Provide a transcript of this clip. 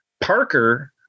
parker